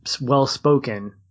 well-spoken